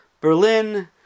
Berlin